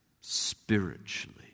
spiritually